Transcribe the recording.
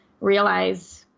realize